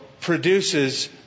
produces